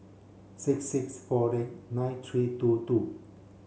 six six four eight nine three two two